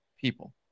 people